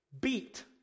beat